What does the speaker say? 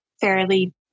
fairly